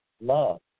love